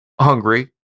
hungry